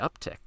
uptick